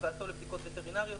הבאתו לבדיקות וטרינריות,